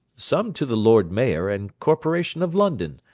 some to the lord mayor and corporation of london,